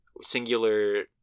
singular